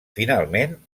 finalment